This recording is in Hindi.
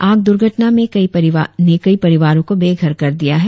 आग दुर्घटना ने कई परिवारों को बेघर कर दिया है